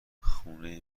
خونه